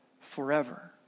forever